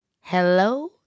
Hello